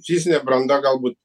fizine branda galbū